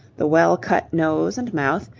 the well-cut nose and mouth,